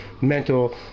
mental